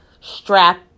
Strap